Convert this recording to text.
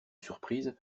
surprise